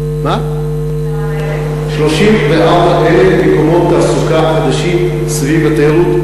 34,000. 34,000 מקומות תעסוקה חדשים סביב התיירות,